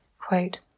quote